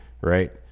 Right